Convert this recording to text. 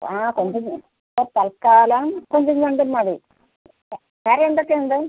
ആ കൊഞ്ചുതന്നെ ഇപ്പോൾ തൽക്കാലം കൊഞ്ചും ഞണ്ടും മതി വേറെ എന്തൊക്കെ ഉണ്ട്